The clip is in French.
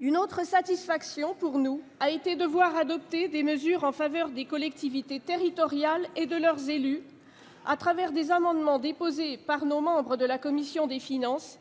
Une autre satisfaction pour nous a été de voir adopter des mesures en faveur des collectivités territoriales et de leurs élus, au travers d'amendements déposés par des membres de notre groupe siégeant à la commission des finances,